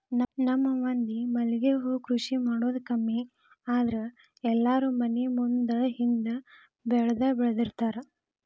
ನಮ್ಮ ಮಂದಿ ಮಲ್ಲಿಗೆ ಹೂ ಕೃಷಿ ಮಾಡುದ ಕಮ್ಮಿ ಆದ್ರ ಎಲ್ಲಾರೂ ಮನಿ ಮುಂದ ಹಿಂದ ಬೆಳ್ದಬೆಳ್ದಿರ್ತಾರ